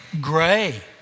Gray